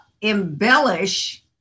embellish